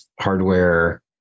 hardware